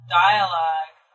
dialogue